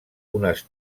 unes